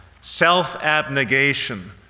self-abnegation